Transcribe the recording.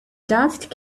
dust